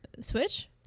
switch